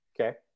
okay